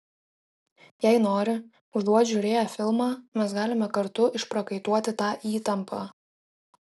jei nori užuot žiūrėję filmą mes galime kartu išprakaituoti tą įtampą